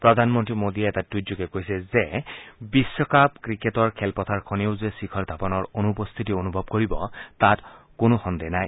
প্ৰধানমন্ত্ৰী মোদীয়ে এটা টুইটযোগে কৈছে যে বিশ্বকাপ ক্ৰিকেটৰ খেলপথাৰখনেও যে শিখৰ ধাৱনৰ অনুপস্থিতি অনুভৱ কৰিব তাত কোনো সন্দেহ নাই